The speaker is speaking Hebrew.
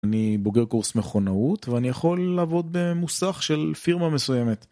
אני בוגר קורס מכונאות ואני יכול לעבוד במוסך של פירמה מסוימת